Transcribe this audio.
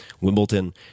Wimbledon